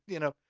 you know.